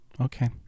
Okay